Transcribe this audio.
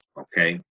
okay